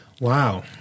wow